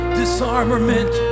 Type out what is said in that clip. disarmament